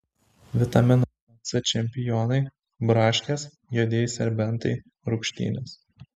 vitamino c čempionai braškės juodieji serbentai rūgštynės